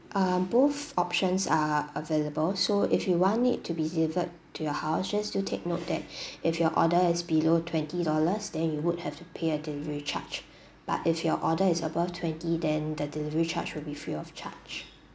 um both options are available so if you want it to be delivered to your house just do take note that if your order is below twenty dollars then you would have to pay a delivery charge but if your order is above twenty then the delivery charge will be free of charge